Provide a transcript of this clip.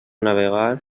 navegar